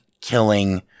killing